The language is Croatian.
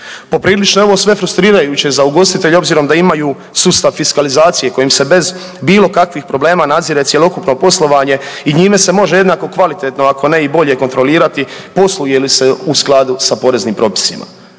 Poprilično je ovo sve frustrirajuće za ugostitelje obzirom da imaju sustav fiskalizacije kojim se bez bilo kakvih problema nadzire cjelokupno poslovanje i njime se može jednako kvalitetno ako ne i bolje kontrolirati posluje li se u skladu sa poreznim propisima.